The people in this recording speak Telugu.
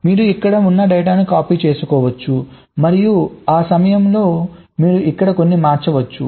మీరు ఇక్కడ ఉన్న డేటాను కాపీ చేసుకోవచ్చు మరియు ఆ సమయంలో మీరు ఇక్కడ కొన్ని మార్చవచ్చు